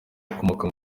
ukomoka